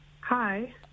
Hi